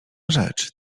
rzecz